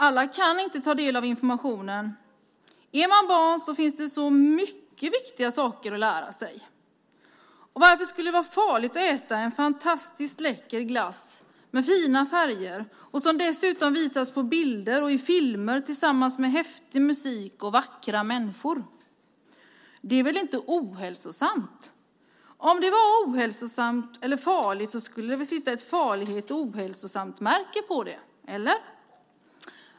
Alla kan inte ta del av informationen. Är man barn finns det så många viktiga saker att lära sig. Varför skulle det vara farligt att äta en fantastiskt läcker glass med fina färger, som dessutom visas på bilder och i filmer tillsammans med häftig musik och vackra människor? Det är väl inte ohälsosamt. Om det vore farligt eller ohälsosamt skulle det väl sitta ett farlighets eller ohälsosamhetsmärke på det, eller?